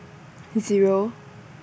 Zero